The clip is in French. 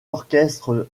orchestre